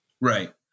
Right